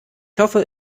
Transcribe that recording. hoffe